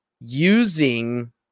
using